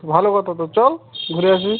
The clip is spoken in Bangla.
ভালো কথা তো চল ঘুরে আসি